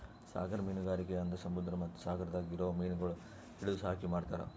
ಸಾಗರ ಮೀನುಗಾರಿಕೆ ಅಂದುರ್ ಸಮುದ್ರ ಮತ್ತ ಸಾಗರದಾಗ್ ಇರೊ ಮೀನಗೊಳ್ ಹಿಡಿದು ಸಾಕಿ ಮಾರ್ತಾರ್